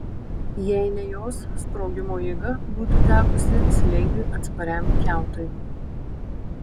jei ne jos sprogimo jėga būtų tekusi slėgiui atspariam kiautui